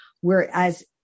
whereas